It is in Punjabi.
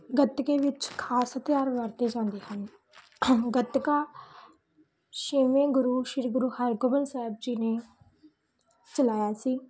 ਗੱਤਕੇ ਵਿੱਚ ਖ਼ਾਸ ਧਿਆਨ ਵਰਤੇ ਜਾਂਦੇ ਹਨ ਗੱਤਕਾ ਛੇਵੇਂ ਗੁਰੂ ਸ਼੍ਰੀ ਗੁਰੂ ਹਰਗੋਬਿੰਦ ਸਾਹਿਬ ਜੀ ਨੇ ਚਲਾਇਆ ਸੀ